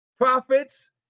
prophets